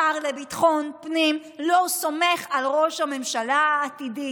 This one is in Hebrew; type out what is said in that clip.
השר לביטחון פנים לא סומך על ראש הממשלה העתידי